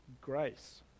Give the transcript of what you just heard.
Grace